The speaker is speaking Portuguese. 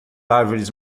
árvores